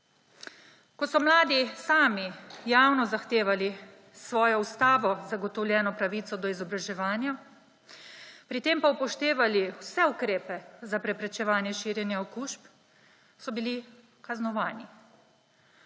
Ko so mladi sami javno zahtevali svojo z ustavo zagotovljeno pravico do izobraževanja, pri tem pa upoštevali vse ukrepe za preprečevanje širjenja okužb, so bili kaznovani.